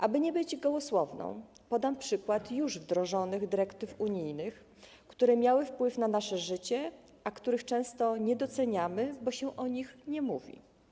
Aby nie być gołosłowną, podam przykład już wdrożonych dyrektyw unijnych, które miały wpływ na nasze życie, a których często nie doceniamy, bo się o nich nie mówi.